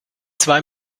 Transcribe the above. zwei